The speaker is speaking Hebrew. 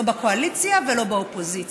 לא בקואליציה ולא באופוזיציה.